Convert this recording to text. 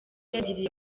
yagiriye